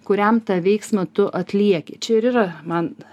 kuriam tą veiksmą tu atlieki čia ir yra man